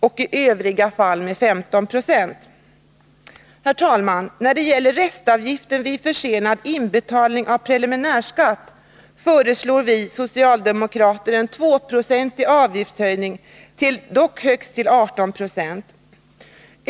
och i övriga fall med 15 96. Herr talman! När det gäller restavgiften vid försenad inbetalning av preliminärskatt föreslår vi socialdemokrater en 2-procentig avgiftshöjning, dock till högst 18 96.